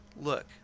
look